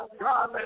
God